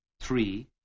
Three